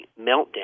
meltdown